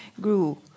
grew